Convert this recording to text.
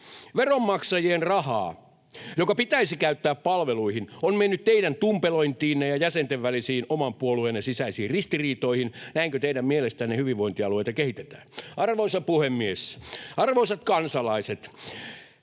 Veronmaksajien rahaa, joka pitäisi käyttää palveluihin, on mennyt teidän tumpelointiinne ja jäsenten välisiin, oman puolueenne sisäisiin ristiriitoihin. Näinkö teidän mielestänne hyvinvointialueita kehitetään? Arvoisa puhemies! Arvoisat kansalaiset